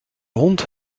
hond